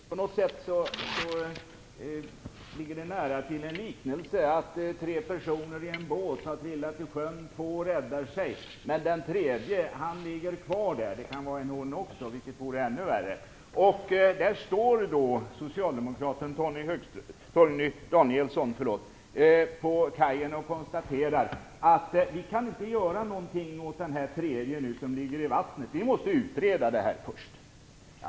Herr talman! På något sätt ligger det nära en liknelse med tre personer i en båt. De trillar i sjön. Två räddar sig, men den tredje han ligger kvar där - det kan vara en hon också, vilket vore ännu värre. Där står då socialdemokraten Torgny Danielsson på kajen och konstaterar: Vi kan inte göra någonting åt den tredje som ligger i vattnet, utan vi måste utreda det här först.